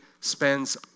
spends